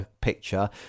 picture